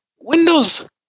Windows